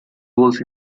roles